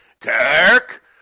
Kirk